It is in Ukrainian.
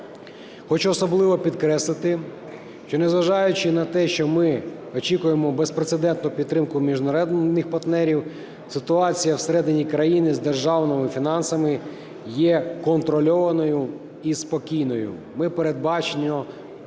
хочу особливо підкреслити, що незважаючи на те, що ми очікуємо безпрецедентну підтримку міжнародних партнерів, ситуація всередині країни з державними фінансами є контрольованою і спокійною, ми передбачено